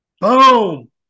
Boom